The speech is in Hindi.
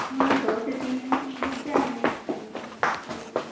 हाँ दो से तीन रुक जाएँगे एक रूम में